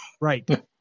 Right